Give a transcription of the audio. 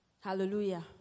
Hallelujah